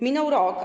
Minął rok.